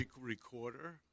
Recorder